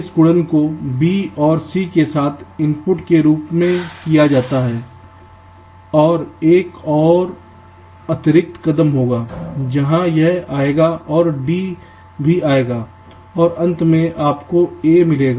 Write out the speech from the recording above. इस गुणन को b और c के साथ इनपुट के रूप में किया जाता है और एक और अतिरिक्त कदम होगा जहां यह आएगा और डी भी आएगा और अंत में आपको a मिलेगा